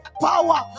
power